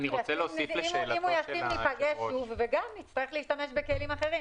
אם היא לא תגיש אז ניפגש שוב וגם נצטרך להשתמש בכלים אחרים,